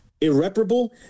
irreparable